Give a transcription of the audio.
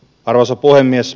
arvoisa puhemies